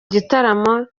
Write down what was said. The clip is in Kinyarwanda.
gitaramo